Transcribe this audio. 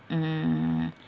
mm